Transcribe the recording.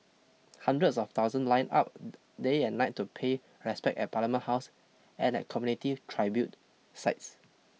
hundreds of thousands lined up day and night to pay respect at Parliament House and at community tribute sites